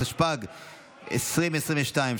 התשפ"ג 2022,